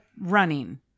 running